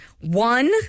one